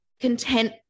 content